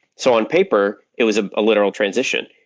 so on paper, it was a literal transition.